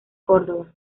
córdoba